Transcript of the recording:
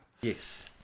Yes